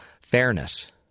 fairness